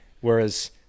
Whereas